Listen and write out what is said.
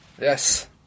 Yes